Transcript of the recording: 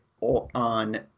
on